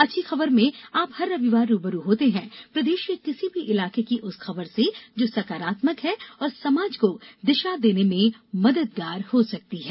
अच्छी खबर में आप हर रविवार रू ब रू होते हैं प्रदेश के किसी भी इलाके की उस खबर से जो सकारात्मक है और समाज को दिशा देने में मददगार हो सकती है